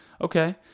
Okay